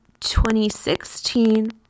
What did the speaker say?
2016